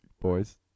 Boys